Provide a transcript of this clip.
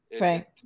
Right